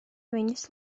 viņas